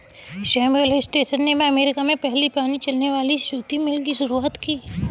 Samuel Slater ने America में पहली पानी से चलने वाली सूती मिल की शुरुआत की